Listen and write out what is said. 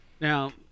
Now